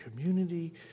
community